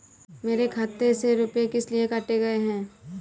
मेरे खाते से रुपय किस लिए काटे गए हैं?